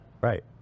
right